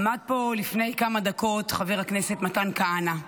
עמד פה לפני כמה דקות חבר הכנסת מתן כהנא,